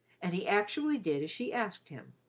and he actually did as she asked him.